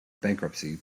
bankruptcy